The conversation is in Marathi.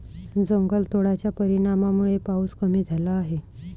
जंगलतोडाच्या परिणामामुळे पाऊस कमी झाला आहे